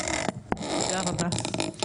תודה רבה.